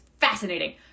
fascinating